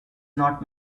not